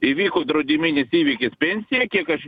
įvyko draudiminis įvykis pensija kiek aš